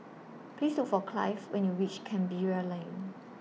Please Look For Cliff when YOU REACH Canberra Lane